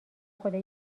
خدا